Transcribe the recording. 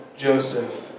Joseph